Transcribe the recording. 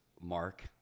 Mark